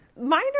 minor